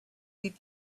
eat